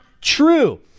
true